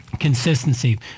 Consistency